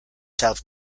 herself